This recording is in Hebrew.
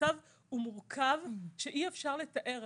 המצב הוא מורכב שאי אפשר לתאר.